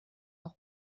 rots